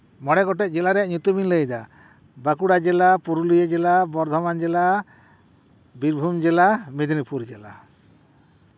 ᱢᱚᱬᱮ ᱜᱚᱴᱮᱡ ᱡᱮᱞᱟ ᱨᱮᱭᱟᱜ ᱧᱩᱛᱩᱢᱤᱧ ᱞᱟᱹᱭᱫᱟ ᱵᱟᱸᱠᱩᱲᱟ ᱡᱮᱞᱟ ᱯᱩᱨᱩᱞᱤᱭᱟᱹ ᱡᱮᱞᱟ ᱵᱚᱨᱫᱷᱚᱢᱟᱱ ᱡᱮᱞᱟ ᱵᱤᱨᱵᱷᱩᱢ ᱡᱮᱞᱟ ᱢᱮᱫᱽᱱᱤᱯᱩᱨ ᱡᱮᱞᱟ